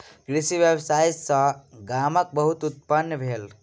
कृषि व्यवसाय सॅ गामक बहुत उन्नति भेल